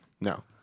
No